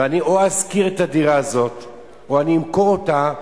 ואני או אשכיר את הדירה הזאת או אמכור אותה.